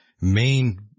main